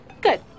Good